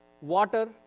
Water